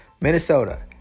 Minnesota